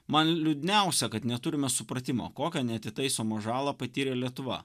man liūdniausia kad neturime supratimo kokią neatitaisomą žalą patyrė lietuva